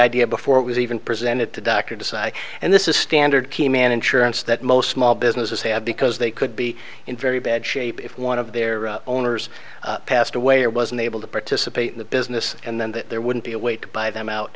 idea before it was even presented to doctor to say and this is standard key man insurance that most small businesses have because they could be in very bad shape if one of their owners passed away or was unable to participate in the business and then that there wouldn't be a way to buy them out